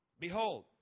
Behold